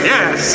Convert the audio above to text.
Yes